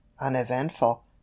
uneventful